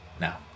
now